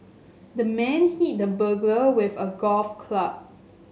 the man hit the burglar with a golf club